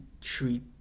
treat